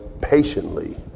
patiently